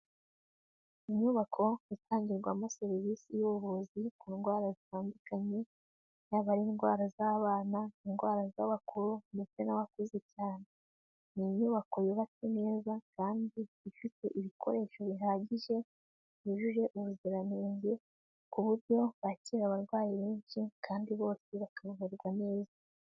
Inyubako itangirwamo serivisi y'ubuvuzi ku ndwara zitandukanye, yaba ari indwara z'abana, indwara z'abakuru ndetse n'abakuze cyane, ni inyubako yubatswe neza kandi ifite ibikoresho bihagije byujuje ubuziranenge, ku buryo bakira abarwayi benshi kandi bose bakavurwa neza.